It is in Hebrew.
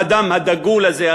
האדם הדגול הזה,